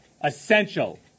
essential